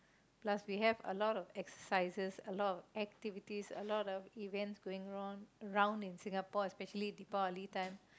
plus we have a lot of exercises a lot of activities a lot of events going on round in Singapore especially Deepavali time